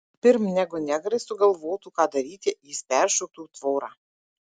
pirm negu negrai sugalvotų ką daryti jis peršoktų tvorą